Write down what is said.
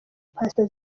pastor